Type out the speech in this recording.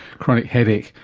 chronic headache,